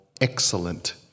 excellent